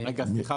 סליחה,